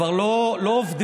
חבר הכנסת, החוצה.